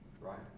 right